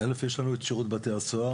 א' יש לנו את שירות בתי הסוהר,